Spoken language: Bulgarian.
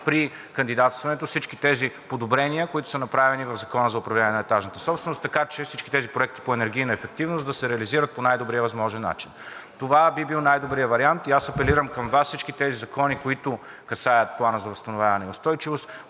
при кандидатстването всички тези подобрения, които са направени в Закона за управление на етажната собственост, така че всички тези проекти по енергийна ефективност да се реализират по най-добрия възможен начин. Това би бил най-добрият вариант и аз апелирам към Вас всички тези закони, които касаят Плана за възстановяване и устойчивост,